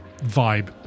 vibe